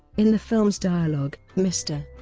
in the film's dialogue, mr.